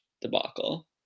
debacle